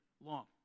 long